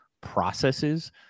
processes